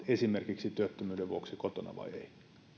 esimerkiksi työttömyyden vuoksi kotona vai ei